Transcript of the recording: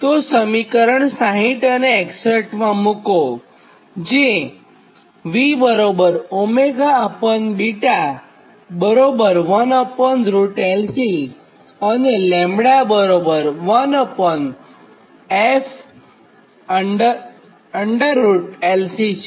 આ કિંમત સમીકરણ 60 અને 61 માં મુકો કે જે અને છે